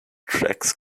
tracks